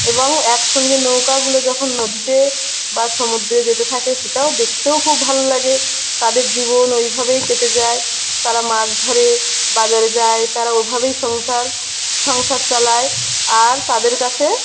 এবং একসঙ্গে নৌকাগুলো যখন নদীতে বা সমুদ্রে যেতে থাকে সেটাও দেখতেও খুব ভালো লাগে তাদের জীবন ওইভাবেই কেটে যায় তারা মাছ ধরে বাজারে যায় তারা ওইভাবেই সংসার সংসার চালায় আর তাদের কাছে